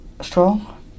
strong